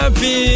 Happy